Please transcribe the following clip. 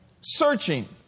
searching